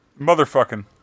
Motherfucking